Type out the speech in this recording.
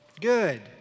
Good